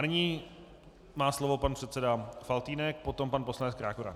Nyní má slovo pan předseda Faltýnek, potom pan poslanec Krákora.